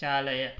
चालय